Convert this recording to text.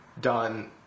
done